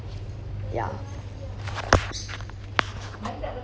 ya